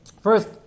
First